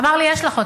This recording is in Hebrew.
אמר לי: יש לך.